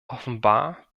offenbar